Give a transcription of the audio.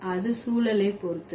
அது சூழலை பொறுத்தது